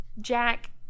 Jack